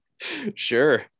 Sure